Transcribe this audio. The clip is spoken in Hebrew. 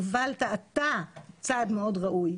הובלת אתה צעד מאוד ראוי,